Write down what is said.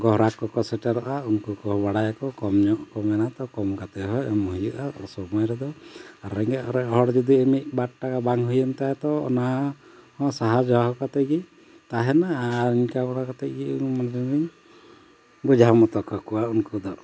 ᱜᱨᱟᱦᱚᱠ ᱠᱚᱠᱚ ᱥᱮᱴᱮᱨᱚᱜᱼᱟ ᱩᱱᱠᱩ ᱠᱚᱦᱚᱸ ᱵᱟᱲᱟᱭᱟᱠᱚ ᱠᱚᱢ ᱧᱚᱜ ᱠᱚ ᱢᱮᱱᱟ ᱛᱚ ᱠᱚᱢ ᱠᱟᱛᱮ ᱦᱚᱸ ᱮᱢ ᱦᱩᱭᱩᱜᱼᱟ ᱚᱥᱩᱢᱟᱹᱭ ᱨᱮᱫᱚ ᱟᱨ ᱨᱮᱸᱜᱮᱡ ᱚᱸᱨᱮᱡ ᱦᱚᱲ ᱡᱩᱫᱤ ᱢᱤᱫ ᱵᱟᱨ ᱴᱟᱠᱟ ᱵᱟᱝ ᱦᱩᱭᱮᱱ ᱛᱟᱭᱟ ᱛᱚ ᱚᱱᱟ ᱦᱚᱸ ᱥᱟᱦᱟᱣ ᱡᱚᱦᱟᱣ ᱠᱟᱛᱮᱫ ᱜᱮ ᱛᱟᱦᱮᱱᱟ ᱟᱨ ᱤᱱᱠᱟᱹ ᱵᱟᱲᱟ ᱠᱟᱛᱮᱫ ᱜᱮ ᱢᱟᱱᱮᱧ ᱵᱩᱡᱷᱟᱹᱣ ᱢᱚᱛᱚ ᱠᱟᱠᱚᱣᱟ ᱩᱱᱠᱩ ᱫᱚ